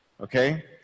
Okay